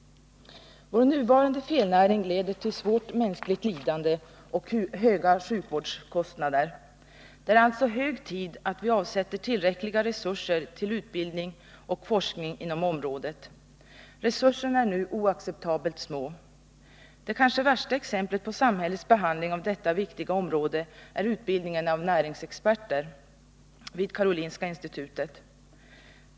Vår nuvarande felnäring leder till svårt mänskligt lidande och höga sjukvårdskostnader. Det är alltså hög tid att vi avsätter tillräckliga resurser till utbildning och forskning inom området. Resurserna är nu oacceptabelt små. Det kanske värsta exemplet på samhällets behandling av detta viktiga område har samband med utbildningen av näringsexperter vid Karolinska institutet.